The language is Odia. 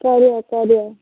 କରିବା କରିବା